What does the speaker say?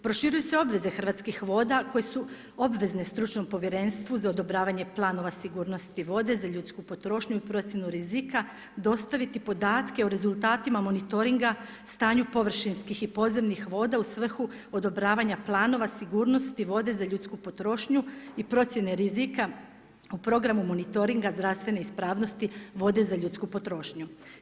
Proširuju se obveze hrvatskih voda, koje su obvezne stručnom povjerenstvu za odobravanje planova sigurnosti vode za ljudsku potrošnju i procjenu rizika dostaviti podatke o rezultatima monitoringa, stanju površinskih i podzemnih voda u svrhu odobravanje planova, sigurnosti vode za ljudsku potrošnju i procjene rizika u programu monitoringa zdravstvene ispravnosti vode za ljudsku potrošnju.